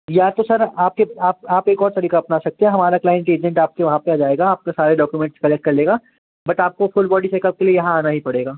या तो सर आप एक आप आप एक और तरीक़ा अपना सकते हो हमारा क्लाइंट हमारा एजेंट आपके वहाँ पर आ जाएगा आपके सारे डाक्यूमेंट्स कलेक्ट कर लेगा बट आपको फुल बॉडी चेकअप के लिए यहाँ आना ही पड़ेगा